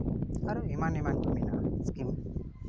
ᱟᱨᱚ ᱮᱢᱟᱱ ᱮᱢᱟᱱ ᱠᱚ ᱢᱮᱱᱟᱜᱼᱟ ᱤᱥᱠᱤᱢ